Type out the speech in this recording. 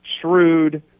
shrewd